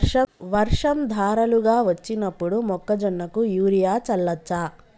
వర్షం ధారలుగా వచ్చినప్పుడు మొక్కజొన్న కు యూరియా చల్లచ్చా?